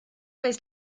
vez